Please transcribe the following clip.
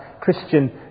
Christian